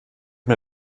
mir